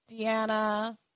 Deanna